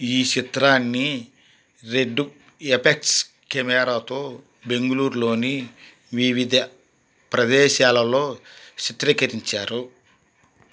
ఈ చిత్రాన్ని రెడ్ ఎఫెక్స్ కెమేరాతో బెంగుళూరులోని వివిధ ప్రదేశాలలో చిత్రీకరించారు